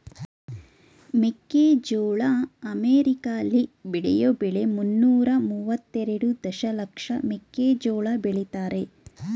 ಮೆಕ್ಕೆಜೋಳ ಅಮೆರಿಕಾಲಿ ಬೆಳೆಯೋ ಬೆಳೆ ಮುನ್ನೂರ ಮುವತ್ತೆರೆಡು ದಶಲಕ್ಷ ಮೆಕ್ಕೆಜೋಳ ಬೆಳಿತಾರೆ